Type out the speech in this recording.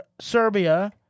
Serbia